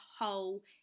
whole